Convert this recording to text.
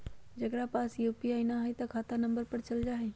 जेकरा पास यू.पी.आई न है त खाता नं पर चल जाह ई?